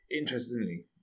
interestingly